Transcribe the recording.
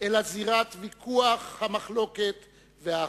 אלא זירת ויכוח המחלוקת וההכרעה.